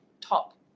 top